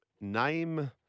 name